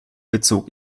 bezog